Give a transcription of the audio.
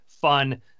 fun